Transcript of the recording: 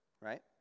right